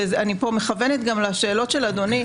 ואני פה מכוונת גם לשאלות של אדוני,